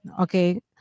okay